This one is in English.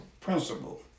principle